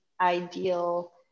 ideal